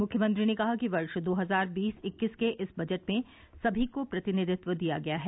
मुख्यमंत्री ने कहा कि वर्ष दो हजार बीस इक्कीस के इस बजट में सभी को प्रतिनिधित्व दिया गया है